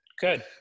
Good